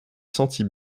sentie